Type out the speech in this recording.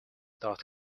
dot